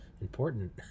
important